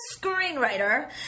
screenwriter